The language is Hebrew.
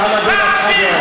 אתה פאשיסט וגזען.